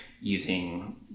using